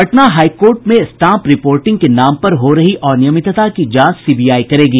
Patna high court में stamp reporting के नाम पर हो रही अनियमितता की जांच सीबीआई करेगी